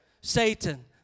Satan